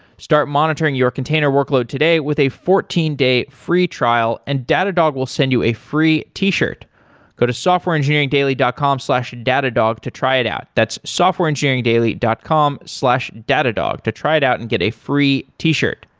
start monitoring your container workload today with a fourteen day free trial and datadog will send you a free t-shirt go to softwareengineeringdaily dot com slash datadog to try it out. that's softwareengineeringdaily dot com datadog to try it out and get a free t-shirt.